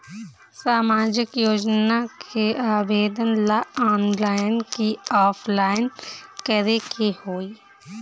सामाजिक योजना के आवेदन ला ऑनलाइन कि ऑफलाइन करे के होई?